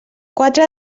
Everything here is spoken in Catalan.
quatre